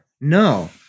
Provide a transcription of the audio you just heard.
No